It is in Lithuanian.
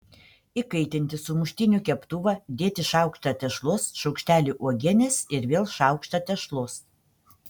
įkaitinti sumuštinių keptuvą dėti šaukštą tešlos šaukštelį uogienės ir vėl šaukštą tešlos